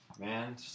man